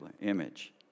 image